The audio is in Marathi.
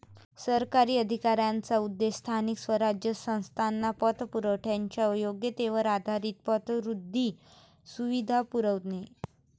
सरकारी अधिकाऱ्यांचा उद्देश स्थानिक स्वराज्य संस्थांना पतपुरवठ्याच्या योग्यतेवर आधारित पतवृद्धी सुविधा पुरवणे